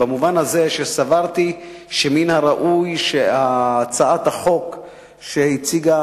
במובן הזה שסברתי שמן הראוי שהצעת החוק שהציגה